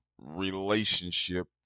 relationship